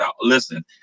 listen